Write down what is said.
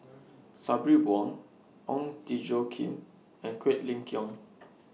Sabri Buang Ong Tjoe Kim and Quek Ling Kiong